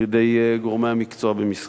על-ידי גורמי המקצוע במשרדי.